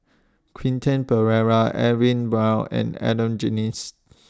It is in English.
Quentin Pereira Edwin Brown and Adan Jimenez